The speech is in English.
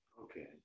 okay